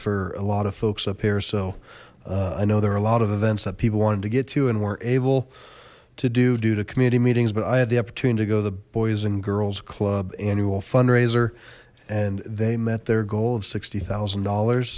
for a lot of folks up here so i know there are a lot of events that people wanted to get to and weren't able to do due to community meetings but i had the opportunity to go the boys and girls club annual fundraiser and they met their goal of sixty thousand dollars